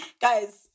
Guys